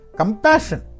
compassion